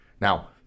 Now